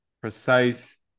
precise